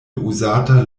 uzata